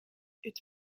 its